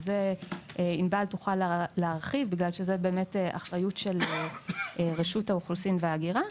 שענבל תוכל להרחיב לגבי זה כי זה באחריות רשות האוכלוסין וההגירה.